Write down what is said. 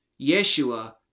Yeshua